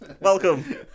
Welcome